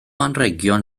anrhegion